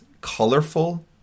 colorful